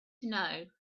know